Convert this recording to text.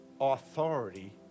Authority